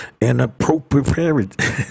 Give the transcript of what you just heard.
inappropriate